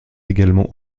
également